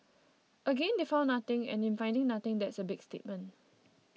again they found nothing and in finding nothing that's a big statement